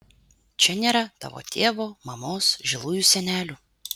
čia nėra tavo tėvo mamos žilųjų senelių